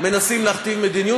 מנסים להכתיב מדיניות.